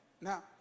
Now